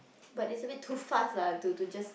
but is a bit too fast lah to to just